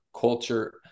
culture